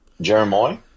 Jeremiah